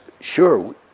Sure